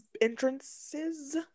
entrances